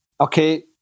Okay